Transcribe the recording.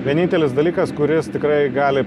vienintelis dalykas kuris tikrai gali